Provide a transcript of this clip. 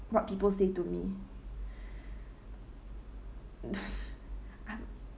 what people say to me I'm